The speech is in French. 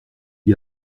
lui